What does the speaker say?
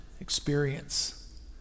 experience